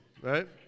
right